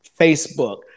Facebook